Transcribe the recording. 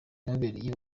yababereye